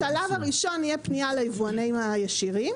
השלב הראשון יהיה פנייה ליבואנים הישירים